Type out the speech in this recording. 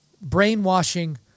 brainwashing